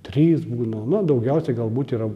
trys būna nu daugiausiai galbūt yra